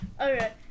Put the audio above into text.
Okay